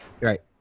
right